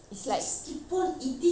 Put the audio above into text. it's like me at mulia